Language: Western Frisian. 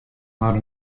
mar